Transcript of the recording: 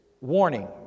warning